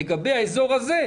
לגבי האזור הזה,